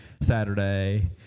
Saturday